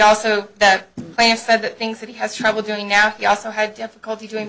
also that i have said that things that he has trouble doing now you also have difficulty doing